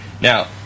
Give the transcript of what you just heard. Now